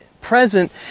present